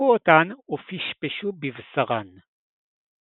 פתחו אותן ופשפשו בבשרן.